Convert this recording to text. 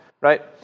right